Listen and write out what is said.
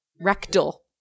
Rectal